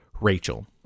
Rachel